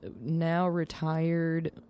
now-retired